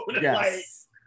Yes